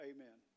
Amen